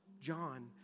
John